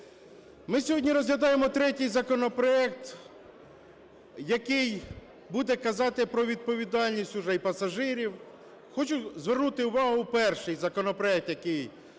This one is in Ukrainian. Ми сьогодні розглядаємо третій законопроект, який буде казати про відповідальність уже і пасажирів. Хочу звернути увагу, перший законопроект, який